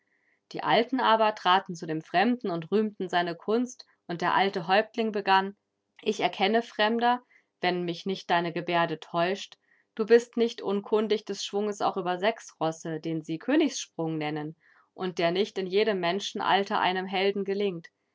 die alten aber traten zu dem fremden und rühmten seine kunst und der alte häuptling begann ich erkenne fremder wenn mich nicht deine gebärde täuscht du bist nicht unkundig des schwunges auch über sechs rosse den sie königssprung nennen und der nicht in jedem menschenalter einem helden gelingt